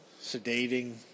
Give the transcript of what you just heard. Sedating